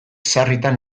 sarritan